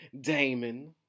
Damon